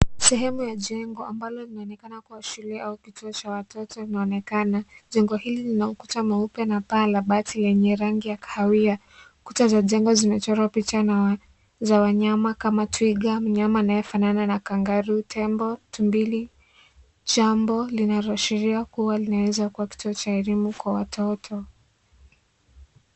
Sehemu ya jengo ambalo linaonekana kuwa shule au kituo cha watoto linaonekana, jengo hili lina ukuta mweupe na paa la bati lenye rangi ya kahawia ,kuta za jengo zimechorwa picha za wanyama kama twiga mnyama ambaye anafanana na kangaroo, tembo, tumbili jambo linaloashiria kuwa linaweza kuwa kituo cha elimu kwa watoto.